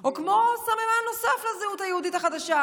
או כמו סממן נוסף לזהות היהודית החדשה,